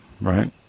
right